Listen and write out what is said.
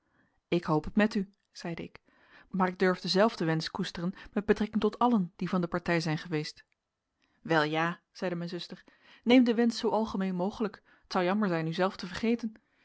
ik hoop het met u zeide ik maar ik durf denzelfden wensch koesteren met betrekking tot allen die van de partij zijn geweest wel ja zeide mijn zuster neem den wensch zoo algemeen mogelijk t zou jammer zijn u zelf te vergeten